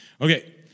Okay